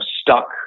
stuck